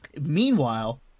Meanwhile